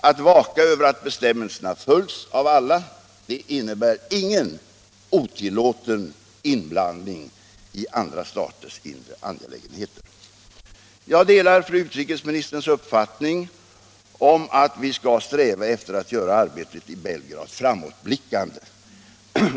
Att vaka över att bestämmelserna följs av alla innebär ingen otillåten inblandning i andra staters inre angelägenheter. Jag delar fru utrikesministerns uppfattning om att vi skall sträva efter att göra arbetet i Belgrad framåtblickande.